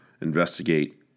investigate